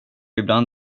ibland